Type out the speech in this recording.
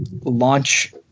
launch